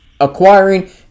acquiring